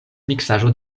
miksaĵo